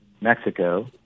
Mexico